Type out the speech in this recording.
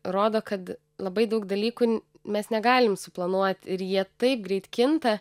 rodo kad labai daug dalykų mes negalim suplanuot ir jie taip greit kinta